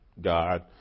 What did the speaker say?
God